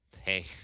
hey